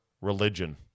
religion